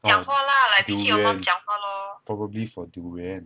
ah durian probably for durian